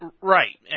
Right